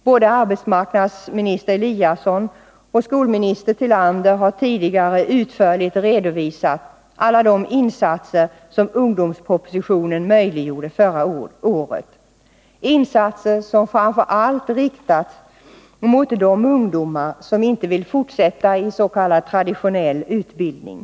Både arbetsmarknadsminister Eliasson och skolminister Tillander har tidigare utförligt redovisat alla de insatser som ungdomspropositionen möjliggjorde förra året — insatser som framför allt riktas mot de ungdomar som inte vill fortsätta i s.k. traditionell utbildning.